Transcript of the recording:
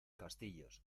castillos